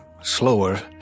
slower